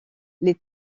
les